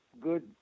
good